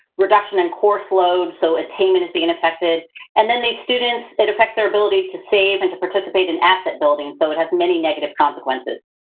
reduction in course load. so, attainment is being affected and then these students, it affects their ability to save and to participate in asset building. so, it has many negative consequences.